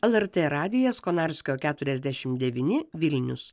lrt radijas konarskio keturiasdešimt devyni vilnius